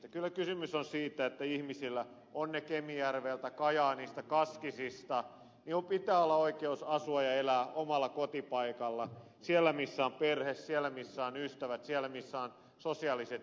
kyllä kysymys on siitä että ihmisillä ovat he kemijärveltä kajaanista kaskisista pitää olla oikeus asua ja elää omalla kotipaikallaan siellä missä on perhe siellä missä ovat ystävät siellä missä ovat sosiaaliset siteet